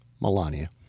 Melania